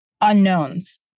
unknowns